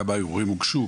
כמה ערעורים הוגשו?